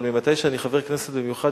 אבל מהזמן שאני חבר כנסת במיוחד,